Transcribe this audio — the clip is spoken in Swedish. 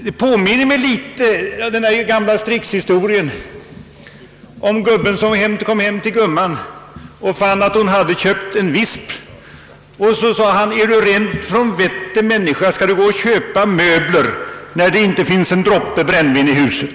Det hela påminner mig litet om den gamla Strix-historien med gubben som kommer hem till gumman och finner att hon köpt en visp: »Är du rent från vettet människa, skall du gå och köpa möb ler när det inte finns en droppe brännvin i huset?»